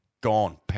gone